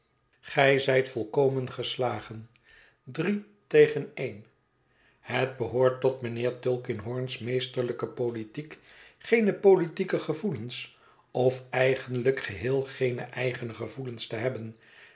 gij zijt volkomen geslagen drie tegen een het behoort tot mijnheer tulkinghornvlneesterlijke politiek geene politieke gevoelens of eigenlijk geheel geene eigene gevoelens te hebben